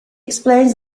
explains